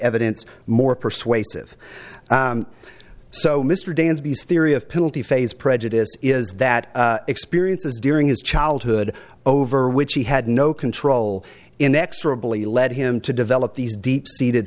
evidence more persuasive so mr danby's theory of penalty phase prejudice is that experiences during his childhood over which he had no control inexorably led him to develop these deep seated